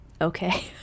Okay